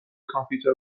کامپیوتر